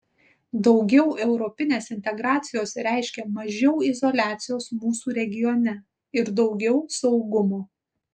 daugiau europinės integracijos reiškia mažiau izoliacijos mūsų regione ir daugiau saugumo